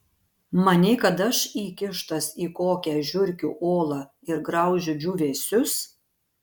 manei kad aš įkištas į kokią žiurkių olą ir graužiu džiūvėsius